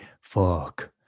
fuck